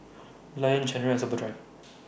Lion Chanira Superdry